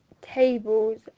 tables